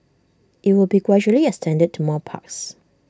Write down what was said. IT will be gradually extended to more parks